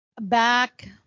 back